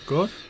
Good